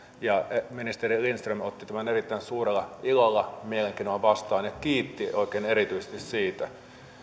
ja ministeri lindström otti tämän erittäin suurella ilolla ja mielenkiinnolla vastaan ja kiitti oikein erityisesti siitä